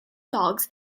dogs